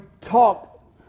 talk